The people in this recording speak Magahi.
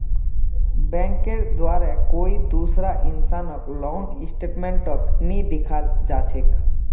बैंकेर द्वारे कोई दूसरा इंसानक लोन स्टेटमेन्टक नइ दिखाल जा छेक